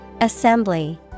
assembly